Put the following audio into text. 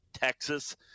Texas